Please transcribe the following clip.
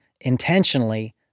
intentionally